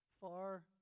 far